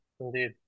Indeed